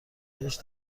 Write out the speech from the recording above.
بهش